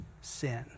sin